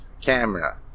camera